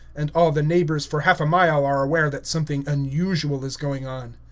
and all the neighbors for half a mile are aware that something unusual is going on.